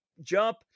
jump